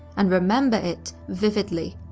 and remember it vividly.